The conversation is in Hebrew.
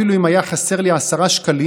אפילו אם היו חסרים לי עשרה שקלים,